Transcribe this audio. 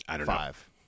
five